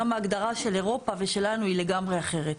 ההגדרה של אירופה ושלנו היא לגמרי אחרת.